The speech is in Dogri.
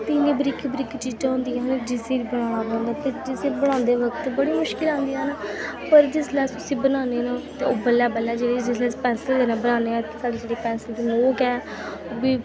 ते इयां बरीक बरीक चीजां होंदियां न जिस्सी बनाना पौंदा ते जिस्सी बनांदे वक्त बड़ी मुश्कलां आंदियां न पर जिसलै अस उस्सी बन्नाने ना ते ओह् बल्लें बल्लें जिसलै अस पैंसल कन्नै बन्नाने आं ते साढ़ी जेह्ड़ी पैंसल दी नोक ऐ ओह् बी